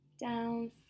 down